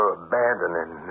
abandoning